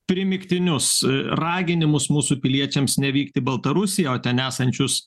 primygtinius raginimus mūsų piliečiams nevykti į baltarusiją o ten esančius